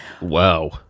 wow